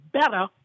better